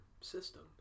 system